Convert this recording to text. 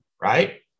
right